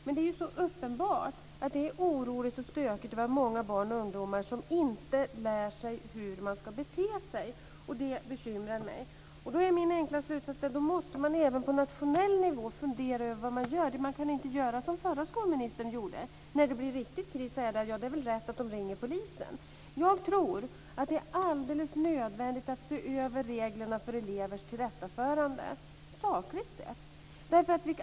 Men det är så uppenbart att det är oroligt och stökigt och att vi har många barn och ungdomar som inte lär sig hur man ska bete sig. Det bekymrar mig. Då är min enkla slutsats att man även på nationell nivå måste fundera över vad man gör. Man kan inte göra som förra skolministern gjorde och säga att det är rätt att de ringer polisen när det blir riktig kris. Jag tror att det är alldeles nödvändigt att se över reglerna för elevers tillrättaförande sakligt sett.